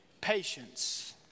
Patience